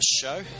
show